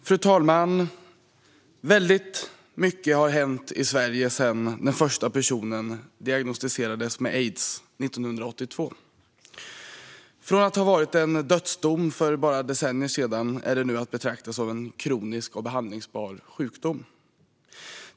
Fru talman! Väldigt mycket har hänt i Sverige sedan den första personen diagnostiserades med aids 1982. Från att ha varit en dödsdom för bara decennier sedan är den nu att betrakta som en kronisk och behandlingsbar sjukdom.